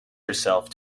herself